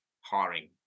hiring